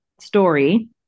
story